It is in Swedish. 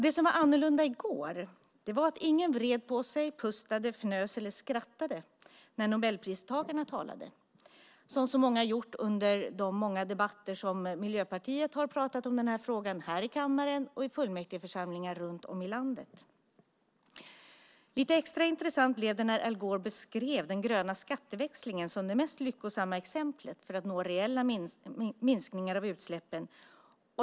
Det som var annorlunda i går var att ingen vred på sig, pustade, fnös eller skrattade när Nobelpristagarna talade, som så många gjort under de många debatter där Miljöpartiet pratat om den här frågan här i kammaren och i fullmäktigeförsamlingar runt om i landet. Lite extra intressant blev det när Al Gore beskrev den gröna skatteväxlingen som det mest lyckosamma exemplet för att nå reella minskningar av utsläppen.